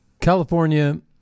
California